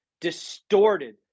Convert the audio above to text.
distorted